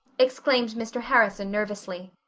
exclaimed mr. harrison nervously,